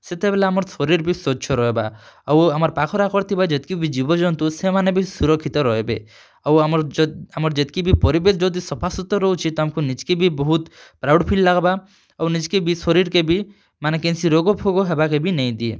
ସେତେବେଲେ ଆମର୍ ଶରୀର୍ ବି ସ୍ୱଚ୍ଛ ରହେବା ଆଉ ଆମର୍ ପାଖ୍ର୍ଆଖ୍ର୍ ଥିବା ଯେତ୍କି ବି ଜୀବଜନ୍ତୁ ସେମାନେ ବି ସୁରକ୍ଷିତ୍ ରହେବେ ଆଉ ଆମର୍ ଯେତ୍କି ବି ପରିବେଶ୍ ଯଦି ସଫା ସୁତ୍ରା ରହୁଛେ ତ ଆମ୍କେ ନିଜ୍କେ ବି ବହୁତ୍ ପ୍ରାଉଡ଼୍ ଫିଲ୍ ଲାଗ୍ବା ଆଉ ନିଜ୍କେ ଶରୀର୍କେ ବି ମାନେ କେନ୍ସି ରୋଗଫୋଗ ହେବାକେ ବି ନାଇ ଦିଏ